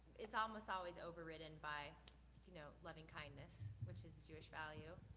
it's almost always overridden by you know loving kindness, which is a jewish value.